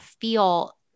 feel